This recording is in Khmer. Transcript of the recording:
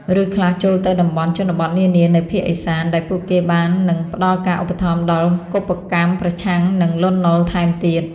ឬខ្លះចូលទៅតំបន់ជនបទនានានៅភាគឦសាន ដែលពួកគេបាននឹងផ្ដល់ការឧបត្ថម្ភដល់កុបកម្មប្រឆាំងនឹងលន់ នល់ថែមទៀត។